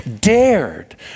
dared